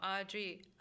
Audrey